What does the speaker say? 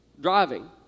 driving